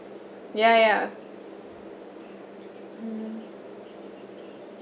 ya ya mm